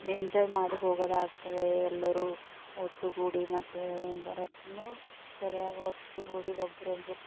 enjoy ಮಾಡಿ ಹೋಗೋದಾಗ್ತದೆ ಎಲ್ಲರೂ ಒಟ್ಟುಗೂಡಿ ಮತ್ತೆ ಬರೋದಕ್ಕೂ ಸರಿಯಾಗಿ ಒಟ್ಟುಗೂಡಿ ಒಬ್ಬರೊಬ್ರು